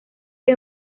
que